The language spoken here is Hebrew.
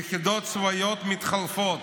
יחידות צבאיות מתחלפות,